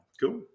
cool